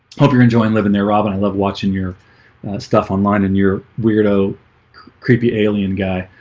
hope you're enjoying living there robin. i love watching your stuff online and your weirdo creepy alien guy